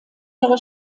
jahre